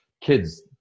kids